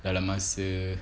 dalam masa